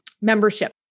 membership